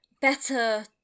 better